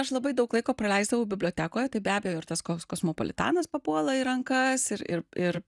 aš labai daug laiko praleisdavau bibliotekoj tai be abejo ir tas kos kosmopolitanas papuola į rankas ir ir ir